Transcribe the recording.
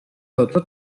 otro